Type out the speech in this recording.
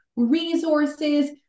resources